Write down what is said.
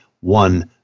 one